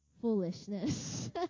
foolishness